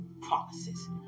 promises